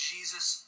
Jesus